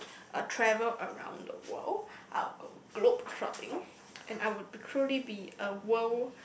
travel around the world I'd go globe trotting and I would truly be a world